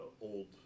old